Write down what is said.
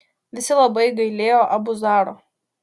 visi labai gailėjo abu zaro